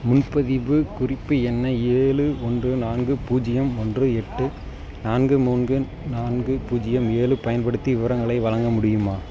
முன்பதிவுக் குறிப்பு எண்ணை ஏழு ஒன்று நான்கு பூஜ்ஜியம் ஒன்று எட்டு நான்கு மூன்று நான்கு பூஜ்ஜியம் ஏழு பயன்படுத்தி விவரங்களை வழங்க முடியுமா